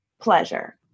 pleasure